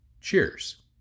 Cheers